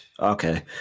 Okay